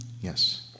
Yes